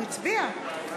הוא הצביע.